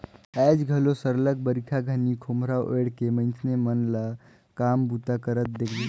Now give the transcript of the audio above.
आएज घलो सरलग बरिखा घनी खोम्हरा ओएढ़ के मइनसे मन ल काम बूता करत देखबे